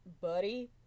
buddy